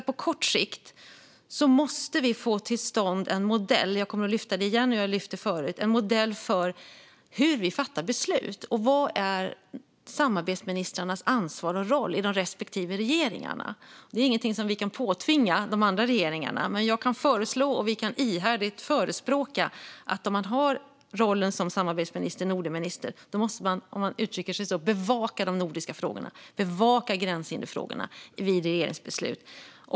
På kort sikt måste vi få till stånd en modell för hur vi fattar beslut och vad som är samarbetsministrarnas ansvar och roll i respektive regering. Jag har lyft upp det förr och kommer att göra det igen. Det här är inget som vi kan påtvinga de andra regeringarna, men jag kan föreslå och vi kan ihärdigt förespråka att om man har rollen som samarbetsminister eller Nordenminister måste man bevaka, om jag får uttrycka mig så, de nordiska frågorna och gränshinderfrågorna vid regeringsbeslut.